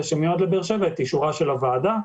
שמיועד לבאר שבע את אישורה של הוועדה.